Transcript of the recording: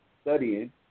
studying